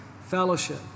fellowship